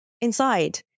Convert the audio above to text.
inside